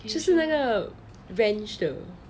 就是那个 ranch 的